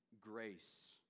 grace